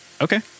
Okay